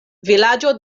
vilaĝo